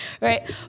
right